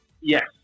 Yes